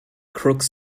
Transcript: crooks